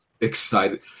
excited